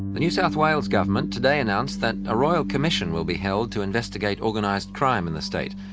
new south wales government today announced that a royal commission will be held to investigate organised crime in the state.